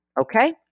Okay